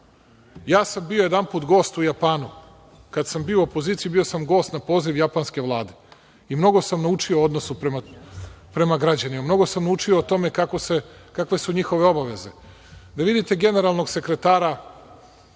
sam jedanput gost u Japanu kada sam bio u opoziciji. Bio sam gost na poziv japanske vlade i mnogo sam naučio o odnosu prema građanima. Mnogo sam naučio o tome kakve su njihove obaveze. Da vidite generalnog sekretara,